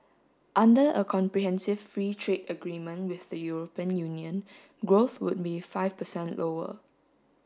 under a comprehensive free trade agreement with the European Union growth would be five percent lower